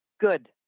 good